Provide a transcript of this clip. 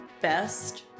best